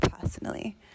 personally